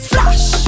Flash